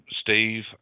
Steve